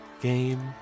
game